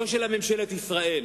לא של ממשלת ישראל.